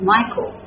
Michael